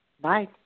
bye